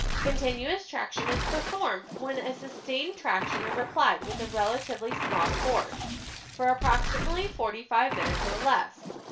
continuous traction is performed when a sustained traction is applied with a relatively small force for approximately forty five minutes or less.